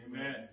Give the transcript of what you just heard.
Amen